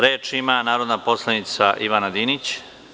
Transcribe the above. Reč ima narodna poslanica Ivana Dinić.